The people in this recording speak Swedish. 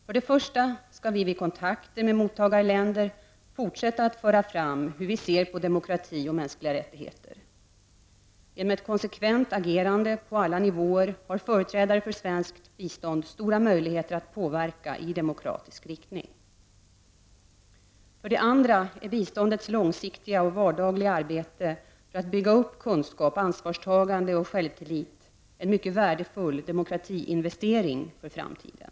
För det första skall vi vid kontakter med mottagarländer fortsätta att framföra hur vi ser på demokrati och mänskliga rättigheter. Genom ett konsekvent agerande på alla nivåer har företrädare för svenskt bistånd stora möjligheter att påverka i demokratisk riktning. För det andra är biståndets långsiktiga och vardagliga arbete för att bygga upp kunskap, ansvarstagande och självtillit en mycket värdefull demokratiinvestering för framtiden.